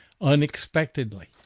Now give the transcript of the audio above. unexpectedly